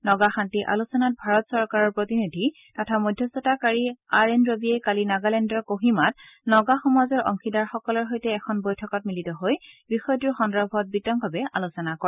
নগা শান্তি আলোচনাত ভাৰত চৰকাৰৰ প্ৰতিনিধি তথা মধ্যস্থতাকাৰী আৰ এন ৰবিয়ে কালি নগালেণ্ডৰ ক'হিমাত নগা সমাজৰ অংশীদাৰসকলৰ সৈতে এখন বৈঠকত মিলিত হৈ বিষয়টোৰ সন্দৰ্ভত বিতংভাৱে আলোচনা কৰে